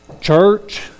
church